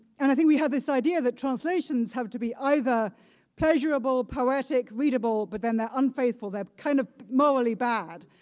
and i mean we have this idea that translations have to be either pleasurable, poetic, readable but then they're unfaithful, they're kind of morally bad,